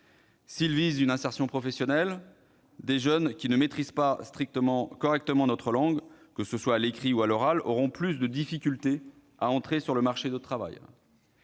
S'ils visent une insertion professionnelle, des jeunes qui ne maîtrisent pas correctement notre langue, que ce soit à l'écrit ou à l'oral, auront plus de difficultés à entrer sur le marché du travail.